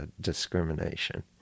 discrimination